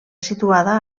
situada